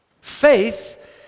Faith